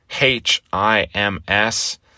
H-I-M-S